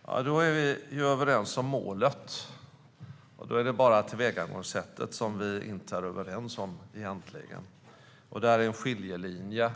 Fru talman! Då är vi överens om målet. Då är det bara tillvägagångssättet som vi egentligen inte är överens om. Där går en skiljelinje